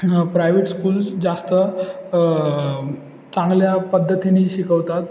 private schools जास्त चांगल्या पद्धतीने शिकवतात